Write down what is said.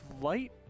light